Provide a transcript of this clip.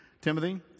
Timothy